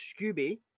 Scooby